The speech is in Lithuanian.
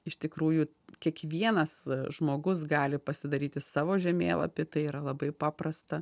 iš tikrųjų kiekvienas žmogus gali pasidaryti savo žemėlapį tai yra labai paprasta